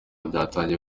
byatangiye